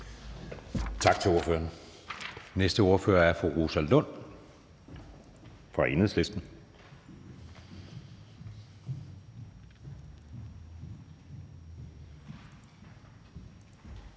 Tak til ordføreren. Næste ordfører er fru Rosa Lund fra Enhedslisten.